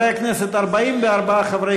חברי הכנסת, 44 חברי